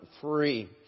free